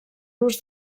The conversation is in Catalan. los